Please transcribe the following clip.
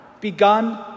begun